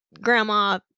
grandma